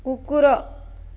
କୁକୁର